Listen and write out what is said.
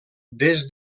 des